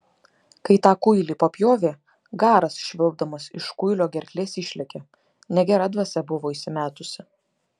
kai tą kuilį papjovė garas švilpdamas iš kuilio gerklės išlėkė negera dvasia buvo įsimetusi